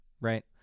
Right